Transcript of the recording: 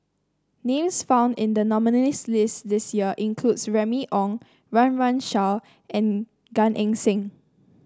names found in the nominees' list this year includes Remy Ong Run Run Shaw and Gan Eng Seng